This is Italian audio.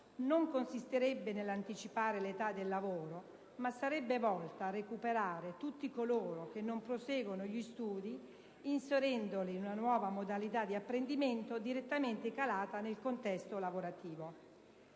non consisterebbe nell'anticipare l'età del lavoro, ma sarebbe volta a recuperare tutti coloro che non proseguono gli studi, inserendoli in una nuova modalità di apprendimento direttamente calata nel contesto lavorativo.